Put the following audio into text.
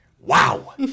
Wow